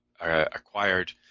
acquired